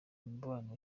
mubano